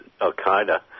al-Qaeda